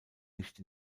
nicht